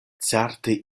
certe